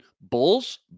Bulls